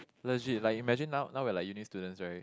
legit like imagine now now we are like uni students right